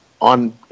on